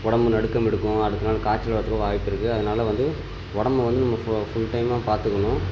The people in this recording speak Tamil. உடம்பு நடுக்கம் எடுக்கும் அடுத்த நாள் காய்ச்சல் வர்றதுக்கும் வாய்ப்பிருக்குது அதனால் வந்து உடம்பு வந்து நம்ம ஃபுல் டைமாக பார்த்துக்கணும்